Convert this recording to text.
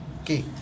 okay